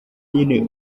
nyine